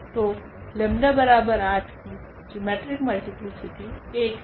तो 𝜆8 की geometric multiplicity 1 है